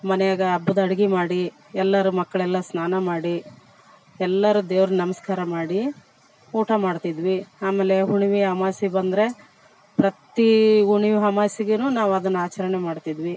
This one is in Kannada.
ಮನೇಗ ಹಬ್ಬದ್ ಅಡಿಗೆ ಮಾಡಿ ಎಲ್ಲರು ಮಕ್ಕಳೆಲ್ಲ ಸ್ನಾನ ಮಾಡಿ ಎಲ್ಲಾರು ದೇವ್ರು ನಮಸ್ಕಾರ ಮಾಡಿ ಊಟ ಮಾಡ್ತಿದ್ವಿ ಆಮೇಲೆ ಹುಣ್ವಿ ಅಮಾವಾಸೆ ಬಂದರೆ ಪ್ರತೀ ಹುಣ್ವೆ ಅಮಾವಾಸೆಗೆ ನಾವು ಅದನ್ನು ಆಚರಣೆ ಮಾಡ್ತಿದ್ವಿ